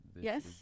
Yes